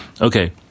okay